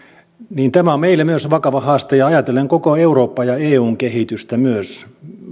on myös meille vakava haaste ja myös ajatellen koko eurooppaa ja eun kehitystä